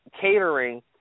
catering